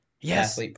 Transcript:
Yes